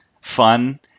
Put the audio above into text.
fun